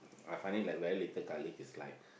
I find it like very little garlic is like